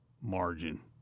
margin